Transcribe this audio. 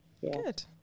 Good